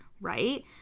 right